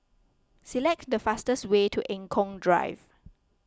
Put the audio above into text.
select the fastest way to Eng Kong Drive